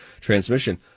transmission